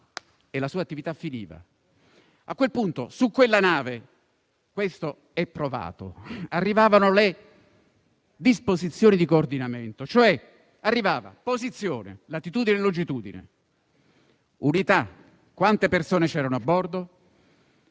e la sua attività finiva. A quel punto, su quella nave - questo è provato - arrivavano le disposizioni di coordinamento, cioè posizione (latitudine e longitudine), unità (quante persone c'erano a bordo)